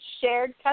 shared